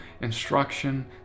instruction